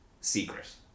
secret